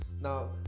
now